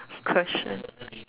question